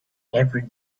every